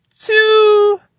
two